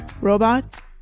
Robot